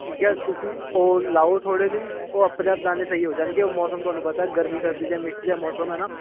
ਠੀਕ ਹੈ ਤੁਸੀਂ ਉਹ ਲਾਓ ਥੋੜ੍ਹੇ ਦਿਨ ਉਹ ਆਪਣੇ ਆਪ ਦਾਨੇ ਸਹੀ ਹੋ ਜਾਣਗੇ ਉਹ ਮੌਸਮ ਤੁਹਾਨੂੰ ਪਤਾ ਗਰਮੀ ਸਰਦੀ ਦੇ ਮਿਕਸ ਜਿਹਾ ਮੌਸਮ ਹੈ ਨਾ